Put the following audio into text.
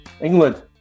England